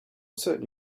certain